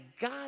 God